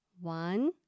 One